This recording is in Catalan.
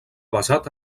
basat